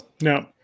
No